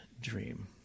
dream